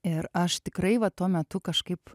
ir aš tikrai va tuo metu kažkaip